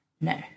No